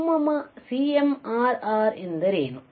CMRR ಎಂದರೇನು